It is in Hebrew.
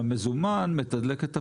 שהמזומן מתדלק את הפשע.